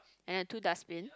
and the two dust bin